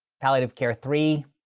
palliative care three,